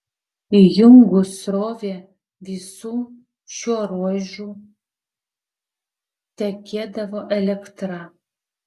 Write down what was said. įjungus srovę visu šiuo ruožu tekėdavo elektra